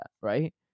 right